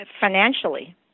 financially